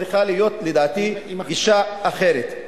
צריכה להיות לדעתי גישה אחרת.